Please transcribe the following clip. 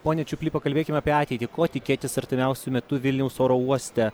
pone čiuply pakalbėkim apie ateitį ko tikėtis artimiausiu metu vilniaus oro uoste